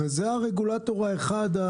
הרי הוא הרגולטור האחד.